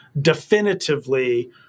definitively